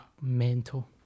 mental